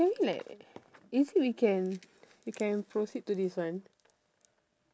can we like is it we can we can proceed to this one